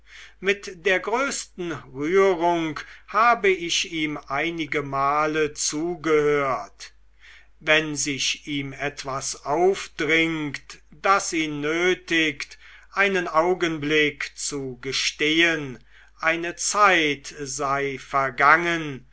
mit der größten rührung habe ich ihm einigemal zugehört wenn sich ihm etwas aufdringt das ihn nötigt einen augenblick zu gestehen eine zeit sei vergangen